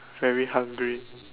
very hungry